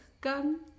gun